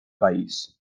país